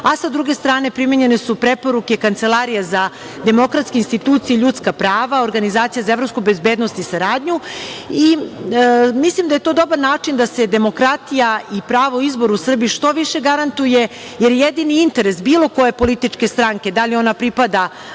a sa druge strane, primenjene su preporuke Kancelarije za demokratske institucije i ljudska prava Organizacije za evropsku bezbednost i saradnju. Mislim da je to dobar način da se demokratija i pravo izbora u Srbiji što više garantuje, jer jedini interes bilo koje političke stranke, da li ona pripada